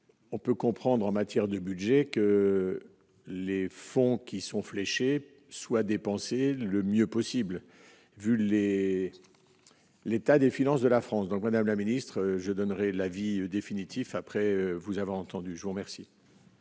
on peut comprendre en matière de budget que les fonds qui sont fléchés soit dépensé le mieux possible, vu les l'état des finances de la France, donc, madame la ministre, je donnerai l'avis définitif après vous avoir entendu, je vous remercie.